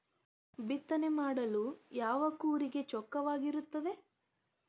ಬಿತ್ತನೆ ಮಾಡಲು ಯಾವ ಕೂರಿಗೆ ಚೊಕ್ಕವಾಗಿದೆ?